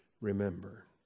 remember